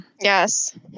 Yes